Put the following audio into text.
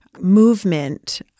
movement